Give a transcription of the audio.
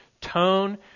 tone